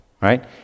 right